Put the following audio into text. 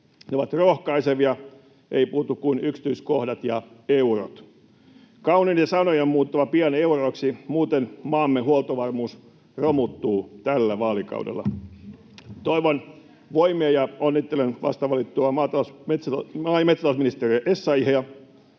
Ne ovat rohkaisevia — eivät puutu kuin yksityiskohdat ja eurot. Kauniiden sanojen on muututtava pian euroiksi. Muuten maamme huoltovarmuus romuttuu tällä vaalikaudella. Toivon voimia ja onnittelen vastavalittua maa- ja metsätalousministeriä Essayahia.